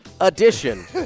edition